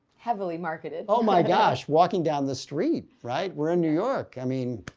heavily marketed. oh, my gosh. walking down the street, right? we're in new york. i mean,